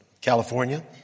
California